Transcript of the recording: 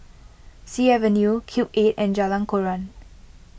Sea Avenue Cube eight and Jalan Koran